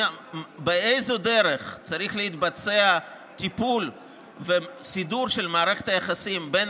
באיזו דרך צריכים להתבצע טיפול וסידור של מערכת היחסים בין